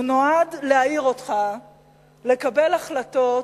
הוא נועד להעיר אותך לקבל החלטות,